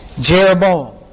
Jeroboam